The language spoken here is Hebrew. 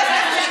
אני שמעתי אותו,